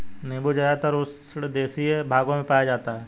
नीबू ज़्यादातर उष्णदेशीय भागों में पाया जाता है